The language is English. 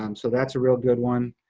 um so that's a real good one.